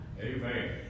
Amen